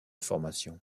formation